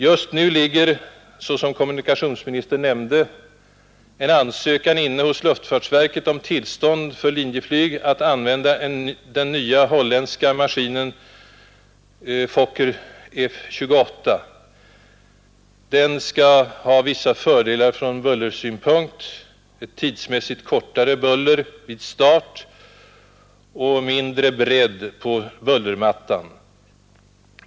Just nu ligger, såsom kommunikationsministern nämnde, en ansökan inne hos luftfartsverket om tillstånd för Linjeflyg att använda den nya holländska jetmaskinen Fokker F-28. Den skall ha vissa fördelar ur bullersynpunkt: ett tidsmässigt kortare buller vid start och en annan form på bullermattan.